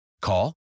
Call